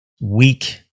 weak